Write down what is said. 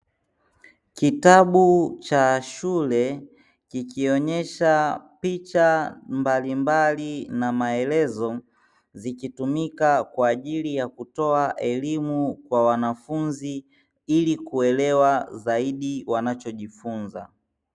Kitabu cha shule kikionyesha picha mbalimbali na maelezo, zikitumika kwa ajili ya kutoa elimu kwa wanafunzi, ili kuelewa zaidi wanachojifunza.